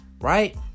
Right